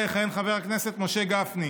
הרחבת סמכות בית המשפט בנושא קטינים),